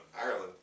Ireland